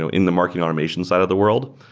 ah in the marketing automation side of the world.